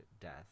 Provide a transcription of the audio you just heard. death